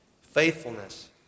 Faithfulness